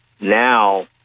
Now